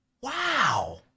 Wow